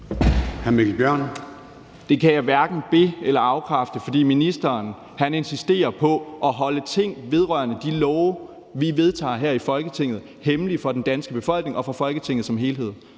Det kan jeg hverken be- eller afkræfte, for ministeren insisterer på at holde ting vedrørende de lovforslag, vi vedtager her i Folketinget, hemmelige for den danske befolkning og for Folketinget som helhed.